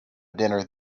dinner